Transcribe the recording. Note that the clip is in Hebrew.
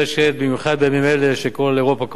במיוחד בימים אלה שכל אירופה קורסת